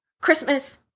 Christmas